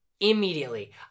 immediately